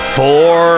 four